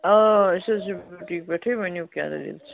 آ أسۍ حظ چھِ ڈیوٹی پیٚٹھے ؤنو کیاہ دلیٖل چھِ